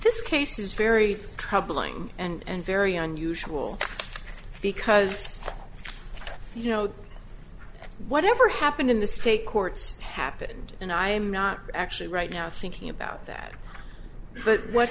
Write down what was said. this case is very troubling and very unusual because you know that whatever happened in the state courts happened and i am not actually right now thinking about that but what